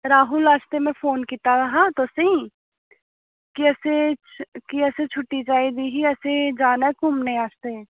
राहुल आस्तै में फोन कीत्ता हा तुसेंगी केह् असें केह् असें छुट्टी चाहिदी ही असें केह् असें जाना ऐ घुमने आस्तै